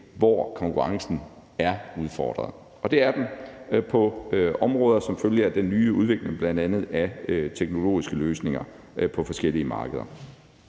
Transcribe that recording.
hvor konkurrencen er udfordret. Og det er den på områder som følge af den nye udvikling af bl.a. teknologiske løsninger på forskellige markeder.